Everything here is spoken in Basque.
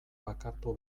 bakartu